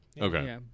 Okay